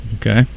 Okay